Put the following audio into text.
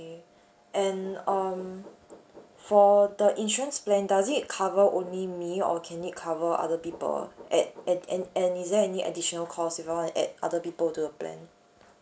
and um for the insurance plan does it cover only me or can it cover other people at and and and is there any additional cost if I want to add other people to the plan